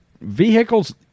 vehicle's